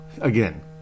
again